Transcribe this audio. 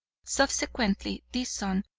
subsequently this son,